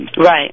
Right